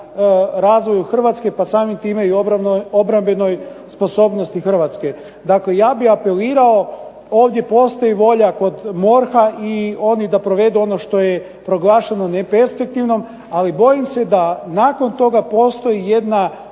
razvoju Hrvatske, pa samim time i obrambenoj sposobnosti Hrvatske. Dakle, ja bih apelirao ovdje postoji volja kod MORH-a i oni da provedu ono što je proglašeno neperspektivno. Ali bojim se da nakon toga postoji jedna